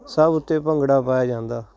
ਸਭ ਉੱਤੇ ਭੰਗੜਾ ਪਾਇਆ ਜਾਂਦਾ